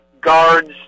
guards